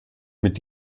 mit